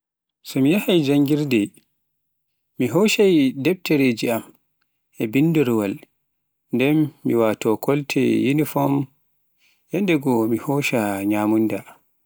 So mi yahhay janngirde, mi hoccai defreji am, a bindorwal, nden mi wato kolte uniform yanndegoo e nyamunda.